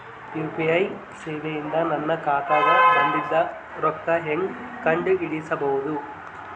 UPI ಸೇವೆ ಇಂದ ನನ್ನ ಖಾತಾಗ ಬಂದಿದ್ದ ರೊಕ್ಕ ಹೆಂಗ್ ಕಂಡ ಹಿಡಿಸಬಹುದು?